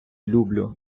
люблю